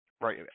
right